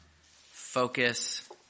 focus